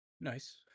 Nice